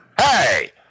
Hey